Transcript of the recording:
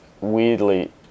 weirdly